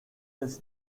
his